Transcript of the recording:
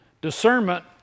Discernment